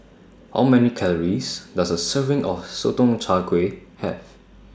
How Many Calories Does A Serving of Sotong Char Kway Have